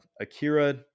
Akira